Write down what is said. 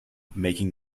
making